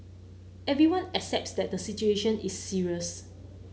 everyone accepts that the situation is serious